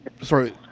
sorry